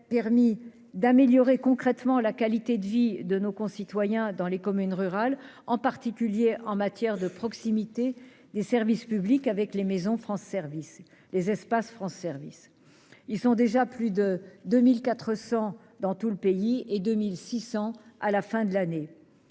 permis d'améliorer concrètement la qualité de vie de nos concitoyens dans les communes rurales, en particulier en matière de proximité des services publics, avec les espaces France Services. Il en existe déjà plus de 2 400 dans tout le pays ; il y en aura 2 600 à la fin de l'année.